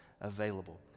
available